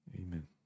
Amen